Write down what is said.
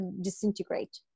disintegrate